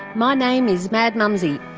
my name is madmumzie.